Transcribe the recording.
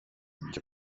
میگه